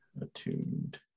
attuned